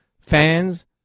fans